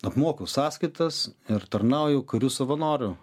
apmoku sąskaitas ir tarnauju kariu savanoriu